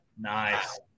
Nice